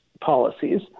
policies